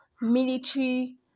military